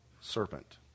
serpent